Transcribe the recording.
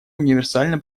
универсально